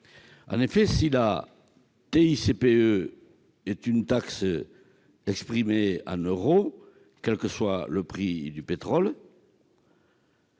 En effet, si la TICPE est une taxe exprimée en euros, quel que soit le prix du pétrole,